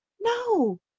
No